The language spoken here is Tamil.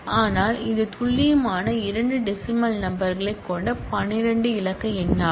எனவே இது துல்லியமான இரண்டு டெசிமல் நம்பர் கொண்ட 12 இலக்க எண்ணாகும்